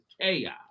chaos